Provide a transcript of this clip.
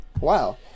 Wow